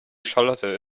charlotte